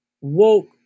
woke